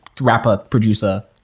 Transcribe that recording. rapper-producer